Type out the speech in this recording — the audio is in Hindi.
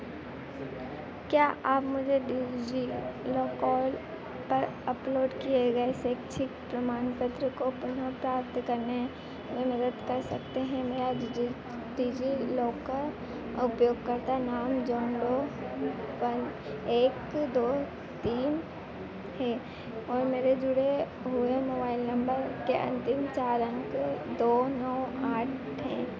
क्या आप मुझे डिजीलोकॉल पर अपलोड किए गए शैक्षिक प्रमाण पत्र को पुनः प्राप्त करने में मदद कर सकते हैं मेरा डिजीलॉकर उपयोगकर्ता नाम जॉन डो वन एक दो तीन है और मेरे जुड़े हुए मोबाइल नंबर के अंतिम चार अंक दो नौ आठ हैं